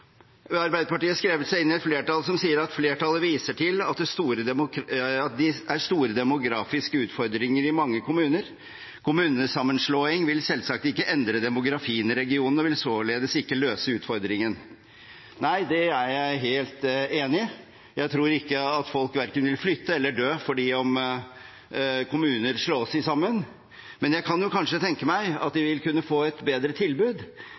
Arbeiderpartiet har skrevet seg inn i et flertall som sier: «Flertallet viser til at det er store demografiske utfordringer i mange kommuner. Kommunesammenslåing vil selvsagt ikke endre demografien i regionene og vil således ikke løse utfordringen.» Nei, det er jeg helt enig i. Jeg tror ikke at folk verken vil flytte eller dø fordi kommuner slås sammen, men jeg kan tenke meg at de vil kunne få et bedre tilbud